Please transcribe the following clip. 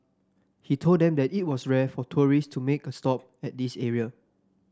he told them that it was rare for tourist to make a stop at this area